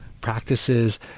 practices